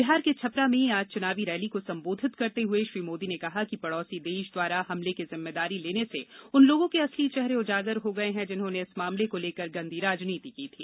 बिहार के छपरा में आज चुनावी रैली को संबोधित करते हुए श्री मोदी ने कहा कि पड़ोसी देश द्वारा हमले की जिम्मेमदारी लेने से उन लोगों के असली चेहरे उजागर हो गये हैं जिन्होंने इस मामले को लेकर गंदी राजनीति की थी